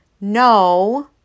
no